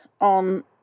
on